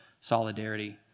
solidarity